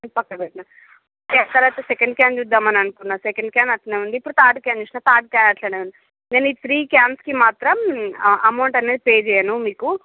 పక్కన పెట్టిన సారి second can చూద్దాం అనుకున్న సెకండ్ క్యాన్ అట్లానే ఉంది ఇప్పుడు థర్డ్ క్యాన్ థర్డ్ క్యాన్ అట్లానే ఉంది నేను ఈ త్రీ క్యాన్స్కి మాత్రం అమౌంట్ అనేది పే చెయ్యను మీకు